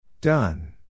Done